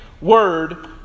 word